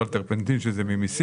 טרפנטין הוא ממס,